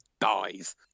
dies